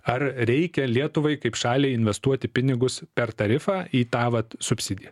ar reikia lietuvai kaip šaliai investuoti pinigus per tarifą į tą vat subsidiją